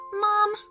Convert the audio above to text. Mom